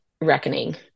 reckoning